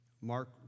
Mark